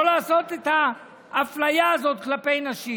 לא לעשות את האפליה הזאת כלפי נשים.